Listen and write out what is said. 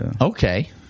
Okay